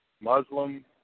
Muslim